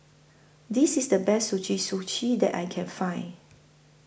This IS The Best Suji Suji that I Can Find